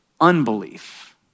unbelief